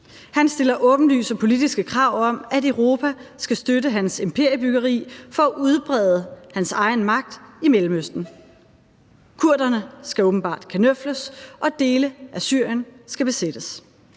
Han stiller åbenlyse politiske krav om, at Europa skal støtte hans imperiebyggeri for at udbrede hans egen magt i Mellemøsten. Kurderne skal åbenbart kanøfles, og dele af Syrien skal besættes.